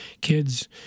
kids